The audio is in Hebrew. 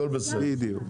הכל בסדר.